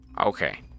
Okay